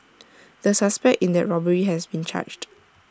the suspect in that robbery has been charged